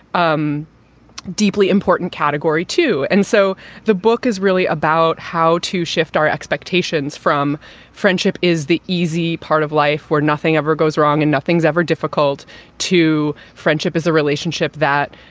um deeply important category, too. and so the book is really about how to shift our expectations from friendship is the easy part of life where nothing ever goes wrong and nothing's ever difficult to. friendship is a relationship that,